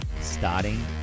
starting